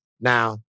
Now